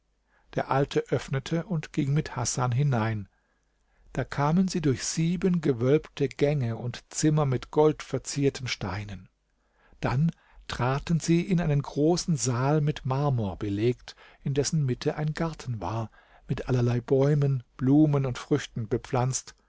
der alte öffnete und ging mit hasan hinein da kamen sie durch sieben gewölbte gänge und zimmer mit goldverzierten steinen dann traten sie in einen großen saal mit marmor belegt in dessen mitte ein garten war mit allerlei bäumen blumen und früchten bepflanzt